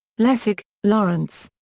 lessig, lawrence.